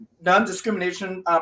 non-discrimination